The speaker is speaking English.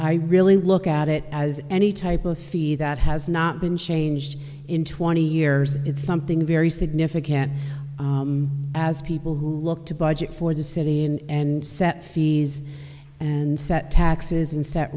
i really look at it as any type of fee that has not been changed in twenty years it's something very significant as people who look to budget for to city and set fees and set taxes and s